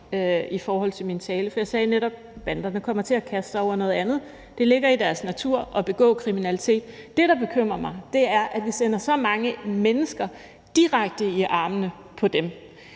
efter under min tale, for jeg sagde netop, at banderne kommer til at kaste sig over noget andet. Det ligger i deres natur at begå kriminalitet. Det, der bekymrer mig, er, at vi sender så mange mennesker direkte i armene på dem.